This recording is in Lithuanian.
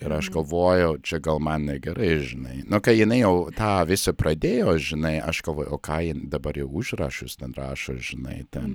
ir aš galvojau čia gal man negerai žinai nu kai jinai jau tą visi pradėjo žinai aš galvoju o ką jin dabar jau užrašus ten rašo žinai ten